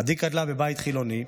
עדי גדלה בבית חילוני,